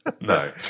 No